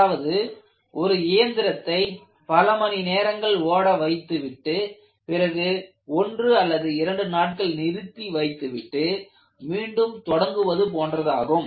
அதாவது ஒரு இயந்திரத்தை பல மணி நேரங்கள் ஓட வைத்துவிட்டு பிறகு ஒன்று அல்லது இரண்டு நாட்கள் நிறுத்தி வைத்துவிட்டு மீண்டும் தொடங்குவது போன்றதாகும்